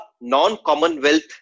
non-commonwealth